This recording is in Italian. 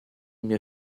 mia